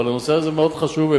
אבל הנושא הזה מאוד חשוב.